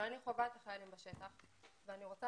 אבל אני חווה את החיילים בשטח ואני רוצה